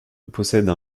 possède